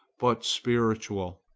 but spiritual,